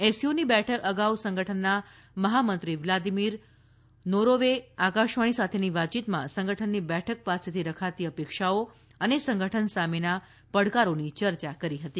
એસસીઓની બેઠક અગાઉ સંગઠનના મહામંત્રી વ્લાદીમીર નોરોવે આકાશવાણી સાથેની વાતચીતમાં સંગઠનની બેઠક પાસેથી રખાતી અપેક્ષાઓ અને સંગઠન સામેના પડકારોની ચર્ચા કરી હતી